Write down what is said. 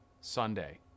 Sunday